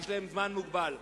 יש להן זמן מוגבל.